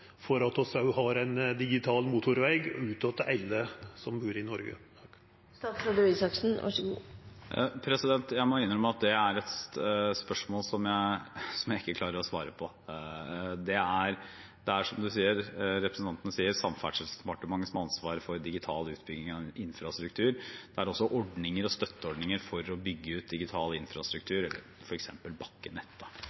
for å sørgja for fortgang for at vi har ein digital motorveg ut til alle som bur i Noreg. Jeg må innrømme at det er et spørsmål som jeg ikke klarer å svare på. Det er, som representanten sier, Samferdselsdepartementet som har ansvaret for utbygging av digital infrastruktur. Det er også ordninger og støtteordninger for å bygge ut digital